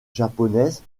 japonaise